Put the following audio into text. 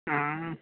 आं